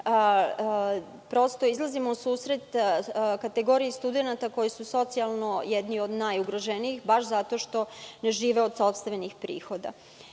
odlukom izlazimo u susret kategoriji studenata koji su socijalno jedni od najugroženijih baš zato što ne žive od sopstvenih prihoda. Reč